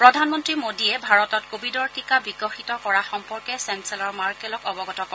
প্ৰধানমন্ত্ৰী মোদীয়ে ভাৰতত কোভিডৰ টিকা বিকশিত কৰা সম্পৰ্কে চেন্সেলৰ মাৰ্কেলক অৱগত কৰে